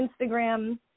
Instagram